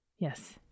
Yes